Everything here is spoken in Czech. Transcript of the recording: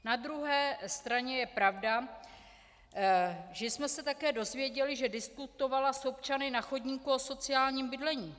Na druhé straně je pravda, že jsme se také dozvěděli, že diskutovala s občany na chodníku o sociálním bydlení.